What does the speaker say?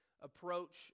approach